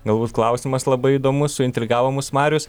galbūt klausimas labai įdomus suintrigavo mus marius